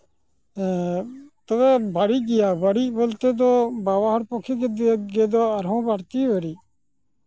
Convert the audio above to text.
ᱛᱚᱵᱮ ᱵᱟᱹᱲᱤᱡ ᱜᱮᱭᱟ ᱵᱟᱹᱲᱤᱡ ᱵᱚᱞᱛᱮ ᱫᱚ ᱵᱟᱵᱟ ᱦᱚᱲ ᱯᱚᱠᱠᱷᱮ ᱫᱚ ᱟᱨᱦᱚᱸ ᱵᱟᱹᱲᱛᱤ ᱵᱟᱹᱲᱤᱡ